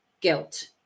guilt